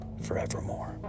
forevermore